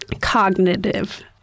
cognitive